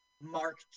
Mark